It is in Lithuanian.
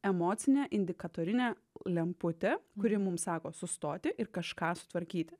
emocinė indikatorinė lemputė kuri mums sako sustoti ir kažką sutvarkyti